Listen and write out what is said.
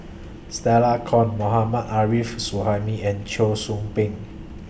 Stella Kon Mohammad Arif Suhaimi and Cheong Soo Pieng